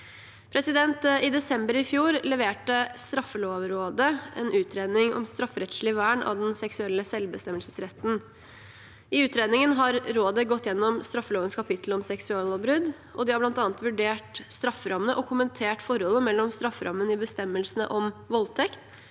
I desember i fjor leverte Straffelovrådet en utredning om strafferettslig vern av den seksuelle selvbestemmelsesretten. I utredningen har rådet gått gjennom straffelovens kapittel om seksuallovbrudd. De har bl.a. vurdert strafferammene og kommentert forholdet mellom strafferammen i bestemmelsene om voldtekt